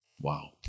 Wow